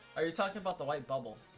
talk about the white but ball